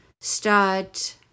start